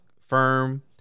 firm